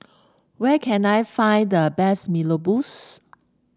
where can I find the best Mee Rebus